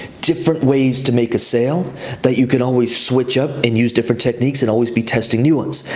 different ways to make a sale that you can always switch up and use different techniques and always be testing new ones.